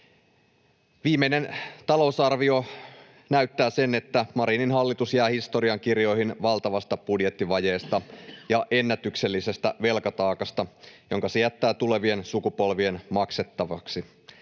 Viimeinen talousarvio näyttää sen, että Marinin hallitus jää historiankirjoihin valtavasta budjettivajeesta ja ennätyksellisestä velkataakasta, jonka se jättää tulevien sukupolvien maksettavaksi.